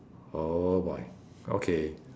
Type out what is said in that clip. oh boy okay